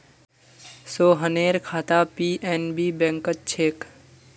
सोहनेर खाता पी.एन.बी बैंकत छेक